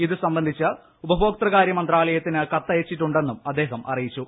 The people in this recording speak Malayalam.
ഇതുസംബന്ധിച്ച് ഉപഭോക്തൃകാര്യമന്ത്രാലയത്തിന് കത്തയച്ചിട്ടുണ്ടെന്നും അദ്ദേഹം അറിയിച്ചു